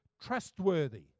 trustworthy